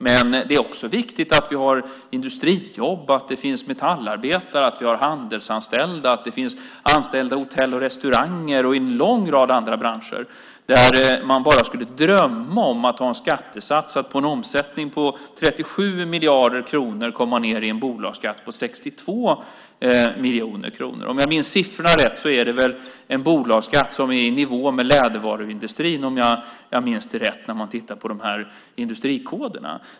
Men det är också viktigt att vi har industrijobb, att det finns metallarbetare, att vi har handelsanställda och att det finns anställda i hotell och restauranger och i en lång rad andra branscher där man bara skulle drömma om att på en omsättning på 37 miljarder kronor komma ned i en bolagsskatt på 62 miljoner kronor. Om jag minns siffrorna rätt är det väl en bolagsskatt som är i nivå med lädervaruindustrin när man tittar på dessa industrikoder.